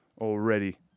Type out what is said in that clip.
already